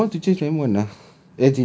ya I want to change M one ah